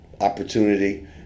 opportunity